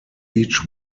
each